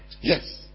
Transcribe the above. Yes